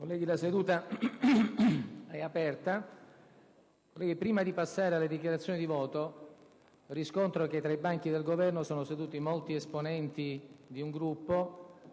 colleghi, riprendiamo i nostri lavori. Prima di passare alle dichiarazioni di voto, riscontro che nei banchi del Governo sono seduti molti esponenti di un Gruppo